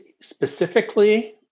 specifically